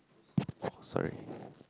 sorry